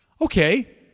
Okay